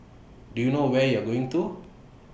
do you know where you're going to